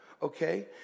Okay